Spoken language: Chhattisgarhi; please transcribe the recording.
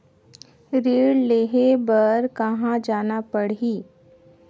ऋण लेहे बार कहा जाना पड़ही?